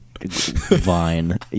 Vine